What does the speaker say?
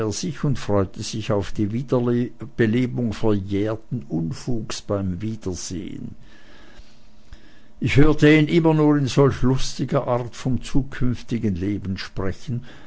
sich und freute sich auf die wiederbelebung verjährten unfuges beim wiedersehen ich hörte ihn immer nur in solch lustiger art vom zukünftigen leben sprechen